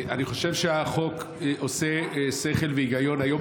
אני חושב שהחוק עושה שכל והיגיון היום,